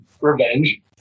revenge